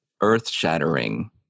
earth-shattering